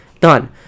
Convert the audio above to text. done